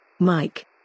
Mike